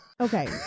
Okay